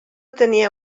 tenia